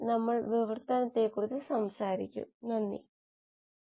നിങ്ങൾക്ക് എല്ലാ വിജയങ്ങളും നേരുന്നു